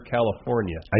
California